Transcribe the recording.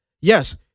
Yes